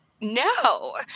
No